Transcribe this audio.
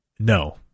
No